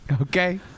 Okay